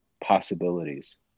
possibilities